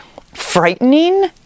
frightening